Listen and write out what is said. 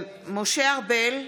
משה ארבל,